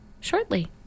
shortly